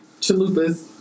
chalupas